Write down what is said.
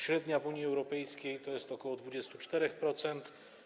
Średnia w Unii Europejskiej to jest ok. 24%.